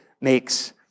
makes